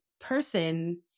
person